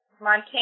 Montana